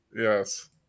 yes